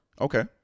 Okay